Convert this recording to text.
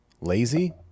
lazy